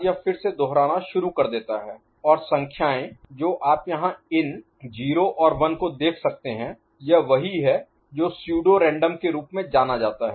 यह फिर से दोहराना शुरू कर देता है और संख्याएँ जो आप यहाँ इन 0 और 1 को देख सकते हैं यह वही है जो सूडो रैंडम के रूप में जाना जाता है